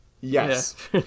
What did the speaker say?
Yes